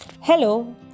Hello